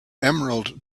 emerald